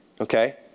Okay